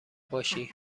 باشی